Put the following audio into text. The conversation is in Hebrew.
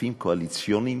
ככספים קואליציוניים,